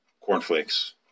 cornflakes